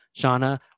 Shauna